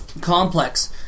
complex